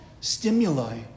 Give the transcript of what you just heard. stimuli